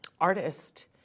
artist